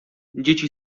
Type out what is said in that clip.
dzieci